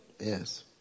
Yes